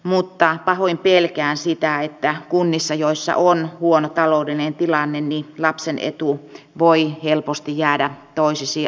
mutta pahoin pelkään sitä että kunnissa joissa on huono taloudellinen tilanne lapsen etu voi helposti jäädä toissijaiseksi